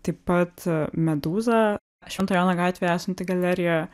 taip pat medūza švento jono gatvėje esanti galerija